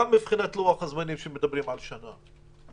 גם מבחינת לוח הזמנים כשמדברים על שנה,